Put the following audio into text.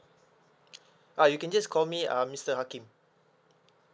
uh you can just call me uh mister hakim